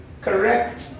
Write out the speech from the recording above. correct